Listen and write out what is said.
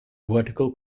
vertical